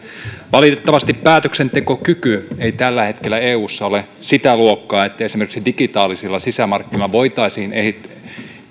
valitettavasti päätöksentekokyky ei tällä hetkellä eussa ole sitä luokkaa että esimerkiksi digitaalisilla sisämarkkinoilla voitaisiin